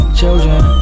children